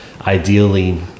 ideally